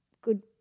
good